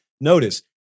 notice